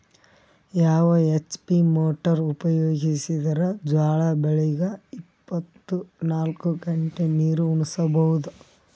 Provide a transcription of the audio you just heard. ಯಾವ HP motor ಉಪಯೋಗಿಸಿದರ ಜೋಳ ಬೆಳಿಗ ಇಪ್ಪತ ನಾಲ್ಕು ಗಂಟೆ ನೀರಿ ಉಣಿಸ ಬಹುದು?